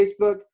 Facebook